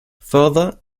further